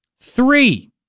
Three